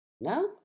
No